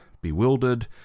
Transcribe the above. bewildered